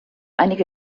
einige